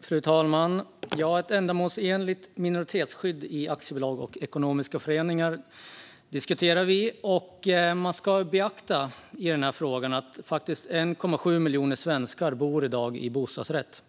Fru talman! Ett ändamålsenligt minoritetsskydd i aktiebolag och ekonomiska föreningar är vad vi diskuterar. Man ska i den här frågan beakta att det faktiskt är 1,7 miljoner svenskar som i dag bor i bostadsrätt.